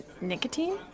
Nicotine